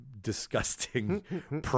disgusting